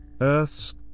Earth's